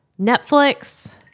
Netflix